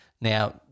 Now